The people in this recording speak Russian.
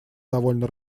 довольно